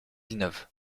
villeneuve